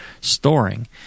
storing